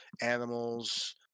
animals